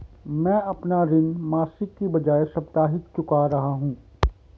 मैं अपना ऋण मासिक के बजाय साप्ताहिक चुका रहा हूँ